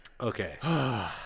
Okay